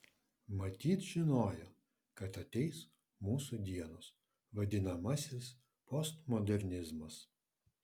matyt žinojo kad ateis mūsų dienos vadinamasis postmodernizmas